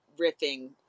riffing